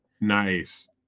Nice